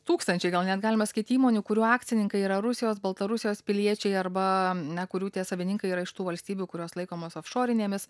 tūkstančiai gal net galima sakyt įmonių kurių akcininkai yra rusijos baltarusijos piliečiai arba na kurių tie savininkai yra iš tų valstybių kurios laikomos ofšorinėmis